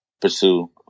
pursue